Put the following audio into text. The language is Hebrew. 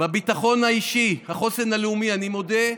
בביטחון האישי, בחוסן הלאומי, אני מודה: